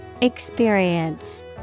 Experience